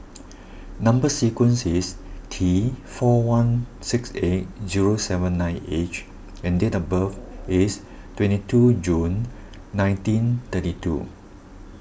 Number Sequence is T four one six eight zero seven nine H and date of birth is twenty two June nineteen thirty two